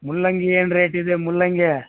ಮೂಲಂಗಿ ಏನು ರೇಟಿದೆ ಮೂಲಂಗಿ